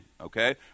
okay